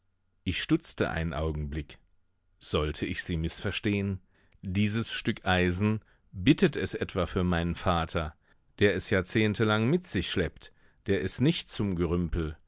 ich stutzte einen augenblick sollte ich sie mißverstehen dieses stück eisen bittet es etwa für meinen vater der es jahrzehntelang mit sich schleppt der es nicht zum gerümpel